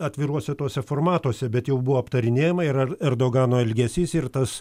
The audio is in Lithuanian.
atviruose tuose formatuose bet jau buvo aptarinėjama ir ar erdogano elgesys ir tas